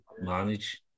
manage